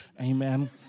Amen